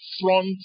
front